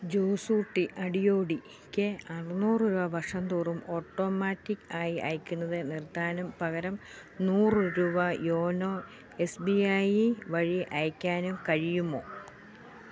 ജോസൂട്ടി അടിയോടിക്ക് അറുനൂറ് രൂപ വർഷം തോറും ഓട്ടോമാറ്റിക്ക് ആയി അയയ്ക്കുന്നത് നിർത്താനും പകരം നൂറ് രൂപ യോനോ എസ് ബി ഐ വഴി അയയ്ക്കാനും കഴിയുമോ